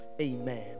Amen